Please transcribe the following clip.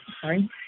sorry